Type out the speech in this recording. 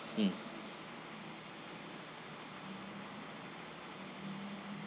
mm